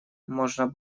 можно